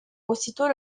aussitôt